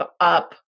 up